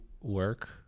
work